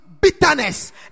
bitterness